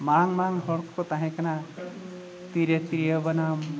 ᱢᱟᱲᱟᱝ ᱢᱟᱲᱟᱝ ᱦᱚᱲ ᱠᱚᱠᱚ ᱛᱟᱦᱮᱸ ᱠᱟᱱᱟ ᱛᱤᱨᱮ ᱛᱤᱨᱭᱳ ᱵᱟᱱᱟᱢ